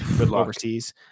overseas